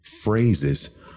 phrases